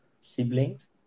siblings